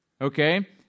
Okay